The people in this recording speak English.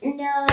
no